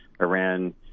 Iran